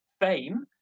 fame